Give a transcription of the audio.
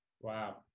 Wow